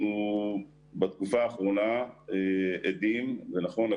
בתקופה האחרונה אנחנו מקבלים ונכון,